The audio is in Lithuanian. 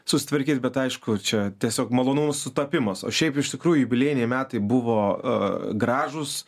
susitvarkyt bet aišku čia tiesiog malonus sutapimas o šiaip iš tikrųjų jubiliejiniai metai buvo gražūs